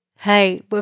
Hey